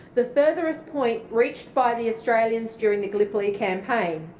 the furthest point reached by the australians during the gallipoli campaign.